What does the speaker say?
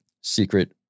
Secret